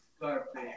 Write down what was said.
Perfect